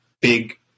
big